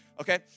okay